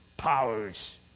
powers